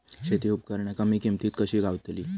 शेती उपकरणा कमी किमतीत कशी गावतली?